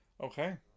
Okay